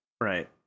Right